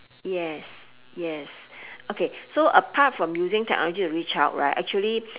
yes yes okay so apart from using technology to reach out right actually